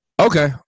Okay